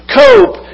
cope